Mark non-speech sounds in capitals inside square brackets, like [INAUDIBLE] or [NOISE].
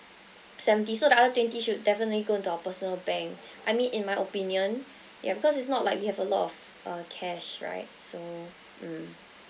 seventy so the other twenty should definitely go into our personal bank [BREATH] I mean in my opinion yup because it's not like we have a lot of uh cash right so mm